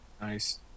nice